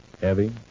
Heavy